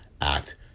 Act